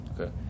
Okay